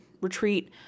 retreat